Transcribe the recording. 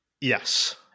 Yes